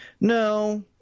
No